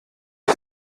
ich